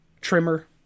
trimmer